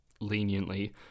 leniently